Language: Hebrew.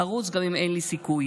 ארוץ גם אם אין לי סיכוי.